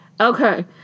Okay